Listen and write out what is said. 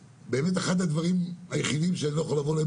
אחד הדברים היחידים שאני לא יכול לבוא עליהם